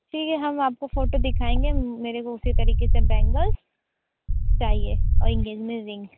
ठीक है हम आपको फ़ोटो दिखाएंगे मेरे को उसी तरीके से बैंगल्स चाहिए और एन्गेजमेन्ट रिंग